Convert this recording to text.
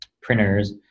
printers